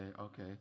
okay